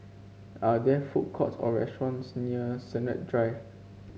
are there food courts or restaurants near Sennett Drive